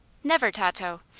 never, tato.